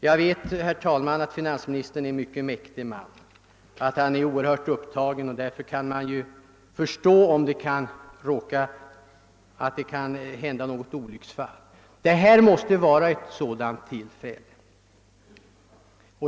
Jag vet, herr talman, att finansministern är en mäktig man och att han är mycket upptagen. Det är naturligt att det kan hända ett och annat olycksfall i arbetet. Detta måste vara ett sådant.